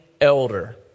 elder